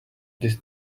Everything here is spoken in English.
this